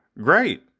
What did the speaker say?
Great